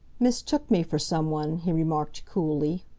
mistook me for some one, he remarked coolly.